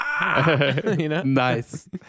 nice